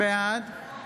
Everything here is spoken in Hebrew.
בעד מתן כהנא, אינו